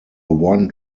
one